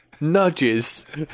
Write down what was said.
nudges